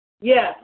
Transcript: Yes